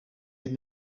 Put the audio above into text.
had